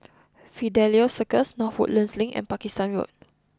Fidelio Circus North Woodlands Link and Pakistan Road